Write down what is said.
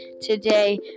Today